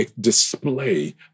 display